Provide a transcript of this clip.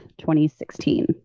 2016